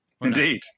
Indeed